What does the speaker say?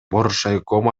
боршайком